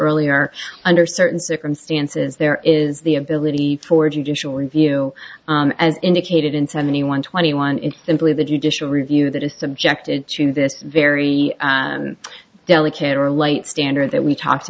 earlier under certain circumstances there is the ability for judicial review as indicated in seventy one twenty one in simply the judicial review that is subjected to this very delicate or light standard that we talked